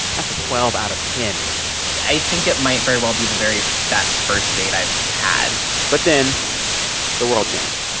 that's a twelve out of ten point i think it might very well be the very best first date i've had but then the world changed.